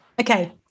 Okay